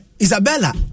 Isabella